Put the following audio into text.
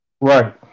Right